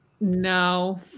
No